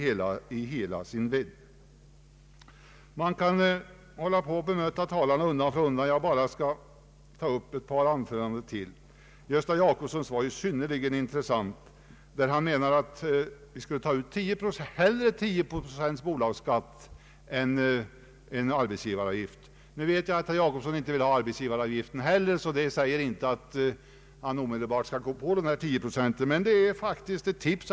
Jag skulle kunna hålla på och bemöta talarna undan för undan, men jag skall bara ta upp ett par anföranden till. Herr Gösta Jacobssons anförande var synnerligen intressant. Han ansåg ju att vi hellre borde ta ut 10 procent ytterligare i bolagsskatt än en arbetsgivaravgift. Nu vet vi att herr Jacobsson inte vill ha arbetsgivaravgiften heller, så detta betyder inte att han omedelbart kommer att föreslå dessa 10 procent, men det är faktiskt ett tips.